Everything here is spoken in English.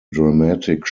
dramatic